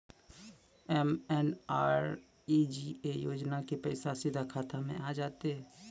MNREGA योजना के पैसा सीधा खाता मे आ जाते?